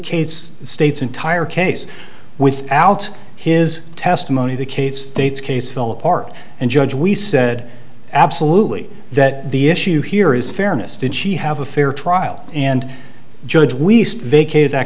state's entire case without his testimony the case state's case fell apart and judge we said absolutely that the issue here is fairness did she have a fair trial and judge we vacated that